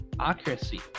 accuracy